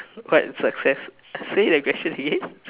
what success say the question again